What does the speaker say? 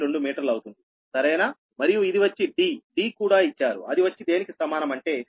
012 మీటర్లు అవుతుంది సరేనా మరియు ఇది వచ్చి dd కూడా ఇచ్చారు అది వచ్చి దేనికి సమానం అంటే 0